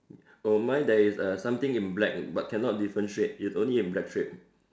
oh my there is uh something in black but cannot differentiate it's only in black shape